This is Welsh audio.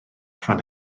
fan